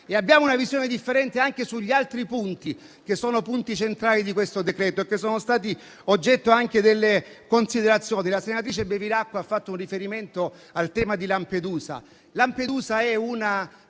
abbiamo una visione differente anche sugli altri punti, che sono punti centrali di questo decreto e che sono stati oggetto anche di considerazioni. La senatrice Bevilacqua ha fatto un riferimento al tema di Lampedusa.